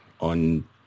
on